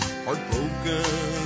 Heartbroken